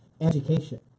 education